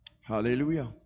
Hallelujah